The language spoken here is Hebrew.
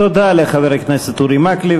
תודה לחבר הכנסת אורי מקלב.